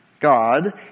God